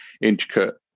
intricate